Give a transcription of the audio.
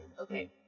Okay